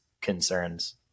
concerns